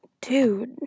dude